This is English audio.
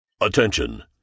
Attention